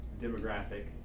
demographic